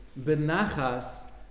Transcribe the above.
benachas